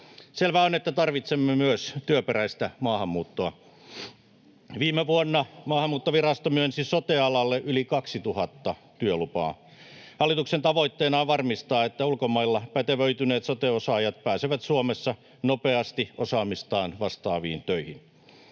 Selvää on, että tarvitsemme myös työperäistä maahanmuuttoa. Viime vuonna maahanmuuttovirasto myönsi sote-alalle yli 2 000 työlupaa. Hallituksen tavoitteena on varmistaa, että ulkomailla pätevöityneet sote-osaajat pääsevät Suomessa nopeasti osaamistaan vastaaviin töihin.